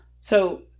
So-